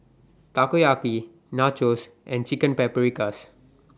Takoyaki Nachos and Chicken Paprikas